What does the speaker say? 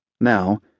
now